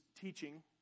teaching